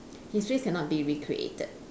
histories cannot be recreated